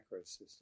macrosystem